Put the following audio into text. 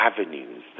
avenues